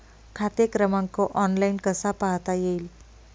खाते क्रमांक ऑनलाइन कसा पाहता येईल?